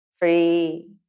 free